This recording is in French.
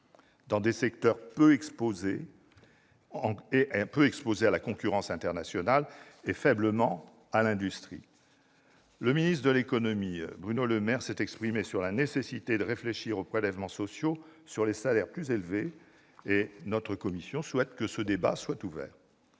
dans des secteurs peu exposés à la concurrence internationale. Ils ne profitent que faiblement à l'industrie. Le ministre de l'économie, Bruno Le Maire, s'est exprimé sur la nécessité de réfléchir aux prélèvements sociaux sur les salaires plus élevés, et notre commission souhaite que ce débat soit ouvert.